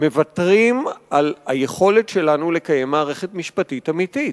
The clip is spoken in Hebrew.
מוותרים על היכולת שלנו לקיים מערכת משפטית אמיתית.